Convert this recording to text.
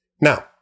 Now